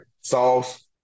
Sauce